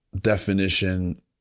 definition